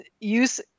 use